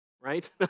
right